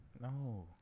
no